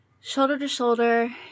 Shoulder-to-shoulder